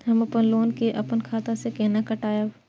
हम अपन लोन के अपन खाता से केना कटायब?